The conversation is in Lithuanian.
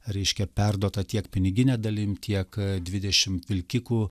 reiškia perduota tiek pinigine dalim tiek dvidešim vilkikų